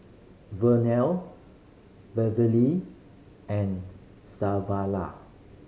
Vernell Beverlee and